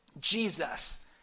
Jesus